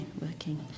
working